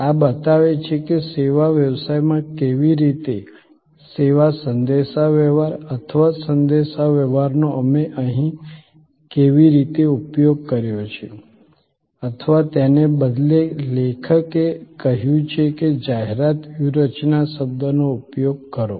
આ બતાવે છે કે સેવા વ્યવસાયમાં કેવી રીતે સેવા સંદેશાવ્યવહાર અથવા સંદેશાવ્યવહાર નો અમે અહીં કેવી રીતે ઉપયોગ કર્યો છે અથવા તેના બદલે લેખકે કહ્યું છે કે જાહેરાત વ્યૂહરચના શબ્દનો ઉપયોગ કરો